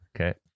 Okay